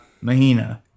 mahina